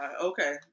Okay